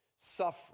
suffering